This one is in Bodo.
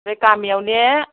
ओमफ्राय गामियावने